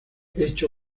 hecho